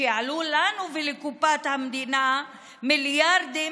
שיעלו לנו ולקופת המדינה מיליארדים,